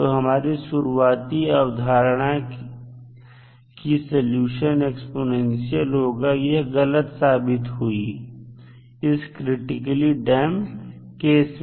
तो हमारी शुरुआती अवधारणा की सलूशन एक्स्पोनेंशियल होगा वह गलत साबित हुई इस क्रिटिकली डैंप केस में